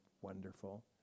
wonderful